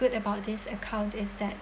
good about this account is that